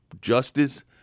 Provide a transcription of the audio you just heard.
justice